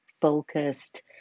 focused